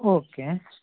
okay